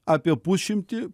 apie pusšimtį